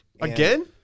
again